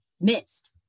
missed